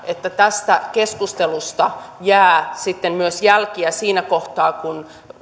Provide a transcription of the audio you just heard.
että tästä keskustelusta jää sitten myös jälkiä siinä kohtaa kun